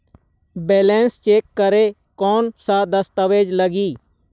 Balance check करें कोन सा दस्तावेज लगी?